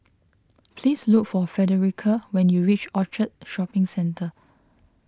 please look for Fredericka when you reach Orchard Shopping Centre